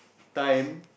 time